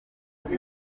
muri